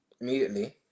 immediately